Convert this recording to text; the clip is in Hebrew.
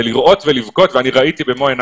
זה לראות ולבכות ואני ראיתי במו עיני